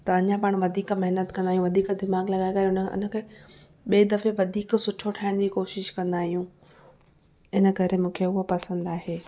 त अञा पाण वधीक महिनत कंदा आहियूं वधीक दिमाग़ लॻाए करे उन खे उन खे ॿिए दफ़े वधीक सुठो ठाहिण जी कोशिशि कंदा आहियूं इन करे मूंखे उहो पसंदि आहे